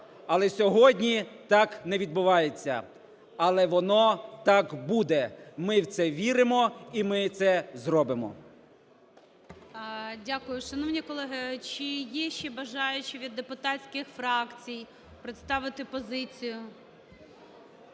Але сьогодні так не відбувається, але воно так буде, ми в це віримо і ми це зробимо. ГОЛОВУЮЧИЙ. Дякую. Шановні колеги, чи є ще бажаючі від депутатських фракцій представити позицію?